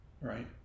Right